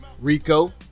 Rico